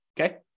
okay